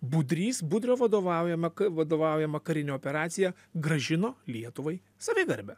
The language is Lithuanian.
budrys budrio vadovaujama vadovaujama karinė operacija grąžino lietuvai savigarbę